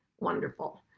Wonderful